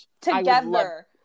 Together